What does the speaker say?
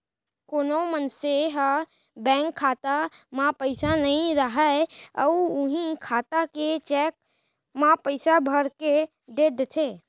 कोनो मनसे ह बेंक खाता म पइसा नइ राहय अउ उहीं खाता के चेक म पइसा भरके दे देथे